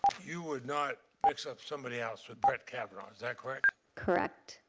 you would not mix up somebody else with brett kavanaugh, is that correct? correct.